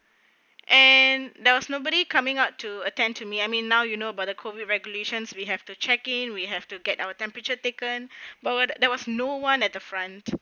and there was nobody coming out to attend to me I mean now you know about the COVID regulations we have to check in we have to get our temperature taken but were there was no one at the front